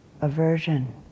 aversion